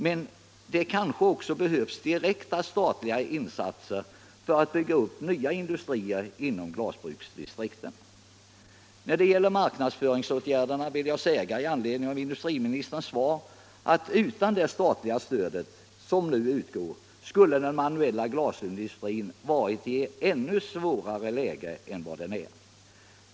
Men kanske behövs även direkta statliga insatser för att bygga upp nya industrier inom glasbruksdistriktet. När det gäller marknadsföringsåtgärder vill jag säga i anledning av industriministerns svar, att utan det statliga stöd som nu utgår skulle den manuella glasindustrin ha varit i ett ännu svårare läge än vad den är.